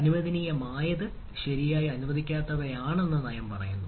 അനുവദനീയമായത് ശരിയായി അനുവദിക്കാത്തവയാണെന്ന് നയം പറയുന്നു